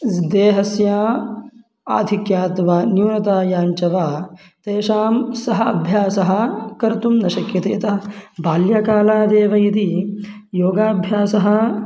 देहस्य आधिक्यात् वा न्यूनतायाश्च वा तेषां सः अभ्यासः कर्तुं न शक्यते यतः बाल्यकालादेव यदि योगाभ्यासः